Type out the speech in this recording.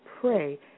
pray